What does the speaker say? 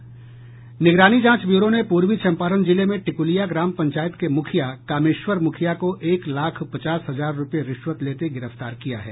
निगरानी जांच ब्यूरो ने पूर्वी चंपारण जिले में टिक्लिया ग्राम पंचायत के मुखिया कामेश्वर मुखिया को एक लाख पचास हजार रुपये रिश्वत लेते गिरफ्तार किया है